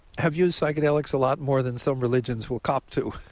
have used psychedelics a lot more than some religions will cop to